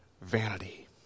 vanity